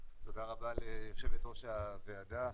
תודה רבה ליושבת ראש הוועדה,